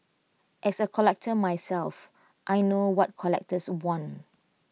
as A collector myself I know what collectors want